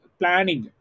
planning